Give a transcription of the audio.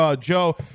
Joe